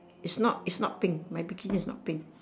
is not is not pink my bikini is not pink